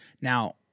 Now